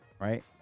Right